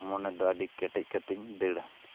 ᱢᱚᱱᱮ ᱫᱚ ᱟᱹᱰᱤ ᱠᱮᱴᱮᱡ ᱠᱟᱛᱮ ᱤᱧ ᱫᱟᱹᱲᱟ